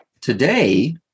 Today